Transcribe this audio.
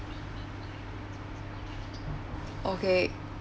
okay